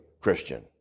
Christian